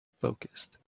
focused